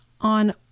on